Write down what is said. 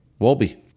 Wolby